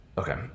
Okay